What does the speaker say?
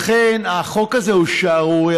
לכן, החוק הזה הוא שערורייתי,